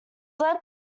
led